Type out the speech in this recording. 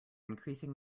increasing